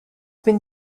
been